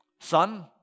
son